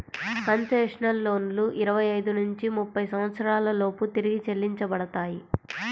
concessional లోన్లు ఇరవై ఐదు నుంచి ముప్పై సంవత్సరాల లోపు తిరిగి చెల్లించబడతాయి